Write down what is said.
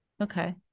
okay